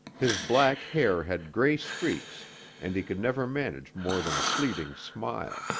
his black hair had gray streaks and he could never manage more than a fleeting smile.